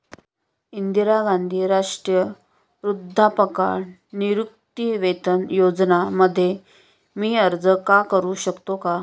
इंदिरा गांधी राष्ट्रीय वृद्धापकाळ निवृत्तीवेतन योजना मध्ये मी अर्ज का करू शकतो का?